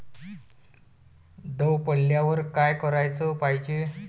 दव पडल्यावर का कराच पायजे?